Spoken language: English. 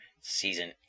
Season